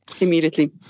immediately